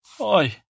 oi